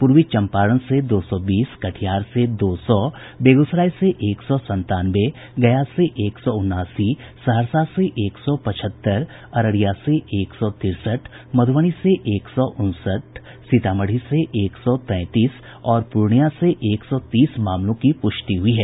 पूर्वी चंपारण से दो सौ बीस कटिहार से दो सौ बेगूसराय से एक सौ संतानवे गया से एक सौ उनासी सहरसा से एक सौ पचहत्तर अररिया से एक सौ तिरसठ मध्नबी से एक सौ उनसठ सीतामढ़ी से एक सौ तैंतीस और पूर्णिया से एक सौ तीस मामलों की पुष्टि हुई है